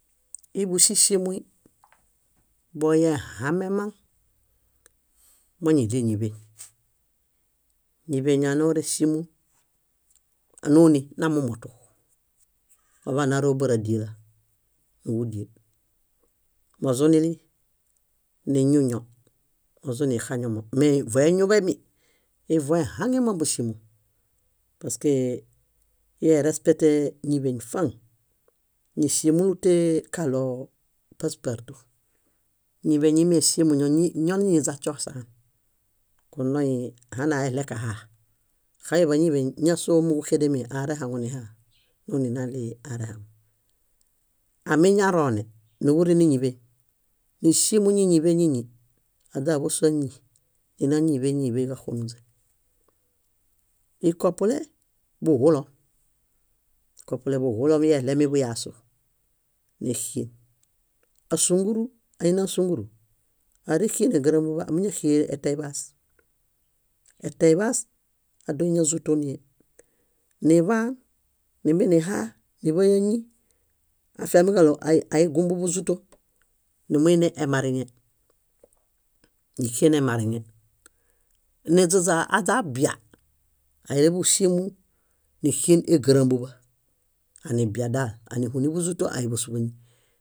Íiḃuŝeŝemui, boehamemaŋ, moñilie ñíḃeñ. Ñíḃeñ ánoresimu nuni namomotu, oḃanaro báradiela, níġudiel. Mozunili niñuño, muzinili nixañomo. Mee voeñuḃemi, íi vohaŋemaŋ búŝimu. Paskee ierespetee ñíḃeñ faŋ. Ñíŝimulutee kaɭoo paspartu. Ñíḃeñ íimeŝimuño ñoniñiźa cosaan. Kunoi hanaele kahaa, axamiḃa ñíḃeñ ñásoo múġuxedemi arehaŋunihaa, nuni nalii aerehaŋu. Amiñaroone, niġurini ñíḃeñ. Níŝimu ñíñiḃeñiñi aźaḃosu áñi. Nina ñíñiḃeñiñi niḃeġaxonuźe. Ikopule, buhulom. Ikopule, buhulom ielemiḃuyasu, néxien. Ásunguru, aini ásunguru, áerexien égrambuḃa; ámiñaxien eteiḃaas. Eteiḃaas, ádoiñazutonihe. Niḃaan nímbie nihaa niḃay áñi afiamiġaɭo aigumbu búzuto, nimuini emariŋe. Níxien emariŋe. Niźaźa aźa abia, níleḃuŝimu, níxien égrambuḃa, anibia dal, ánihuniḃuzuto, aiḃosu ḃáñi.